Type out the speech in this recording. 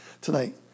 tonight